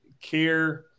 care